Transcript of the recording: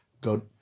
go